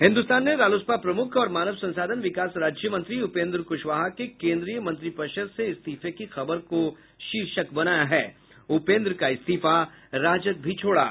हिन्दुस्तान ने रालोसपा प्रमुख और मानव संसाधन विकास राज्य मंत्री उपेन्द्र क्शवाहा के कोन्द्रीय मंत्रिपरिषद से इस्तीफे की खबर का शीर्षक बनाया है उपेन्द्र का इस्तीफा राजग भी छोड़ा